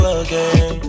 again